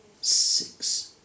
six